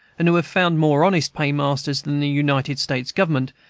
and who have found more honest paymasters than the united states government,